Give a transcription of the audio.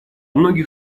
многих